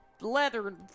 Leather